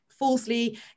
falsely